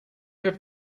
have